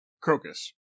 Crocus